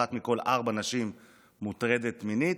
אחת מכל ארבע נשים מוטרדת מינית,